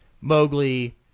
Mowgli